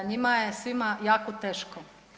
Njima je svima jako teško.